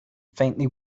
faintly